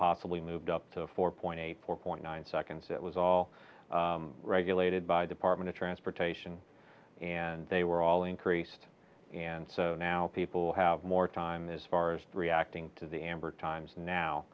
possibly moved up to four point eight four point nine seconds it was all regulated by department of transportation and they were all increased and so now people have more time as far as reacting to the amber times now